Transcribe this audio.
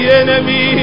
enemy